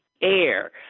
air